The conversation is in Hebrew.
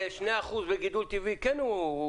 ו-2% של גידול טבעי הוא גם מסכים.